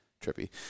Trippy